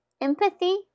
empathy